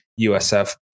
USF